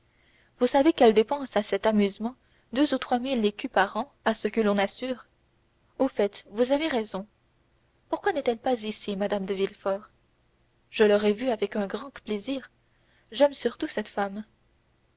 vous savez qu'elle dépense à cet amusement deux ou trois mille écus par an à ce que l'on assure au fait vous avez raison pourquoi n'est-elle pas ici mme de villefort je l'aurais vue avec un grand plaisir j'aime beaucoup cette femme